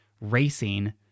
racing